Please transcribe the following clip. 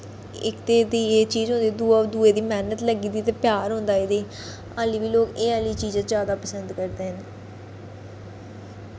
इक ते एह्दी एह् चीज़ होंदी दूआ दुए दी मैह्नत लग्गी दी ते प्यार होंदा एह्दे च आल्ली बी लोक एह् आह्ली चीज़ पसंद करदे न